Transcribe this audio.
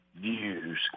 views